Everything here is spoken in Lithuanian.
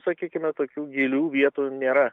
sakykime tokių gilių vietų nėra